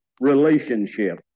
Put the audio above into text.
relationship